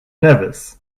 nevis